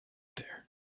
there